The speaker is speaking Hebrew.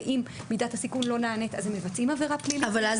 ואם מידת הסיכון לא נענית אז מבצעים עבירה פלילית -- אבל אז